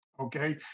Okay